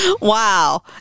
Wow